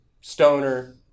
stoner